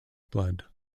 blood